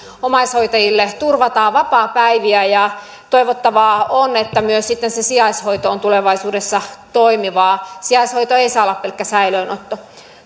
omaishoitajille turvataan vapaapäiviä ja toivottavaa on että sitten myös se sijaishoito on tulevaisuudessa toimivaa sijaishoito ei saa olla pelkkä säilöönotto